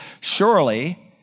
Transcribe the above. surely